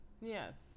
Yes